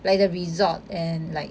like the resort and like